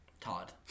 Todd